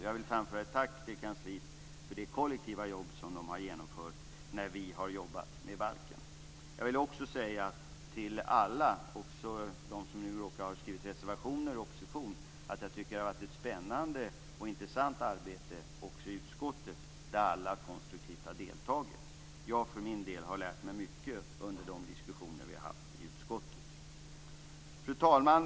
Jag vill framföra ett tack till kansliet för det kollektiva jobb det har genomfört när vi har jobbat med balken. Jag vill också säga till alla, också till dem som nu råkar ha skrivit reservationer i opposition, att jag tycker att det har varit ett intressant och spännande arbete i utskottet där alla konstruktivt har deltagit. Jag för min del har lärt mig mycket under de diskussioner vi har haft i utskottet. Fru talman!